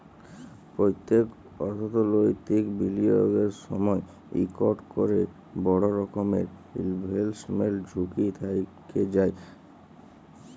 প্যত্তেক অথ্থলৈতিক বিলিয়গের সময়ই ইকট ক্যরে বড় রকমের ইলভেস্টমেল্ট ঝুঁকি থ্যাইকে যায়